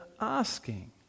asking